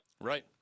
Right